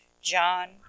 John